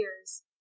years